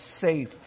safe